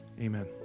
Amen